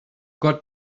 got